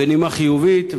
בנימה חיובית,